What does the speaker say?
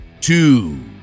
two